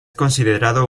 considerado